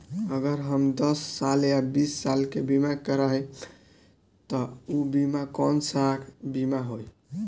अगर हम दस साल या बिस साल के बिमा करबइम त ऊ बिमा कौन सा बिमा होई?